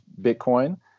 bitcoin